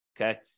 Okay